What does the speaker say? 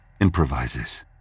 improvises